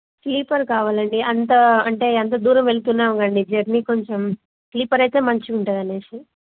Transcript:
sleeper కావాలండి అంతా అంటే అంత దూరం వెళుతున్నాం అండి జర్నీ కొంచెం స్లీపర్ అయితే మంచిగా ఉంటుందని